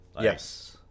Yes